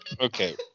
Okay